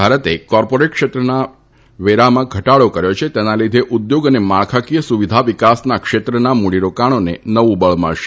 Bharat corporate ક્ષેત્રના વેરામાં ઘટાડો કર્યો છે તેના લીધે ઉદ્યોગ તથા માળખાકીય સુવિધા વિકાસ ક્ષેત્રના મૂડીરોકાણોને નવું બળ મળશે